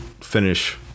finish